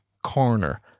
corner